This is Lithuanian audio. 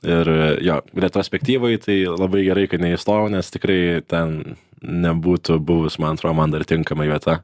ir jo retrospektyvai tai labai gerai kad neįstojau nes tikrai ten nebūtų buvus man atrodo man dar tinkamai vieta